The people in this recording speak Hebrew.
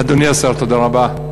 אדוני השר, תודה רבה.